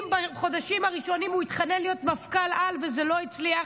אם בחודשים הראשונים הוא התחנן להיות מפכ"ל-על וזה לא הצליח,